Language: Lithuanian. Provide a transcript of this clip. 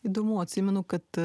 įdomu atsimenu kad